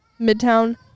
Midtown